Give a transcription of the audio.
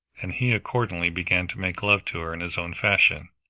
and he accordingly began to make love to her in his own fashion,